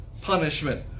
punishment